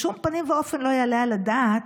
בשום פנים ואופן לא יעלה על הדעת